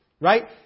Right